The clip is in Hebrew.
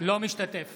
אינו משתתף